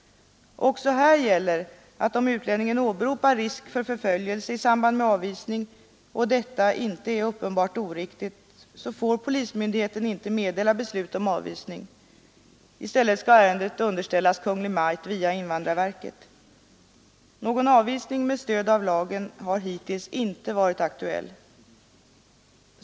Också här gäller att om utlänningen åberopar risk för förföljelse i samband med avvisning och detta inte är uppenbart oriktigt så får polismyndighet inte meddela beslut om avvisning. I stället skall ärendet underställas Kungl. Maj:t via invandrarverket. Någon avvisning med stöd av lagen har hittills inte varit aktuell.